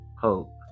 hope